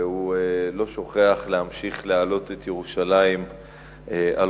והוא לא שוכח להמשיך להעלות את ירושלים על